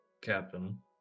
Captain